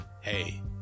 hey